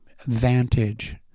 vantage